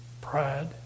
pride